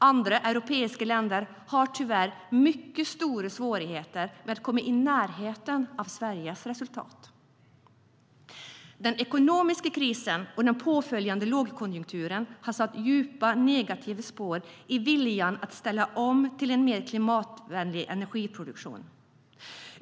Andra europeiska länder har tyvärr mycket stora svårigheter att komma i närheten av Sveriges resultat. Den ekonomiska krisen och den påföljande lågkonjunkturen har satt djupa negativa spår i viljan att ställa om till en mer klimatvänlig energiproduktion.